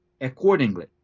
accordingly